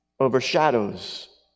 overshadows